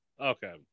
Okay